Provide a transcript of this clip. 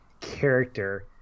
character